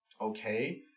Okay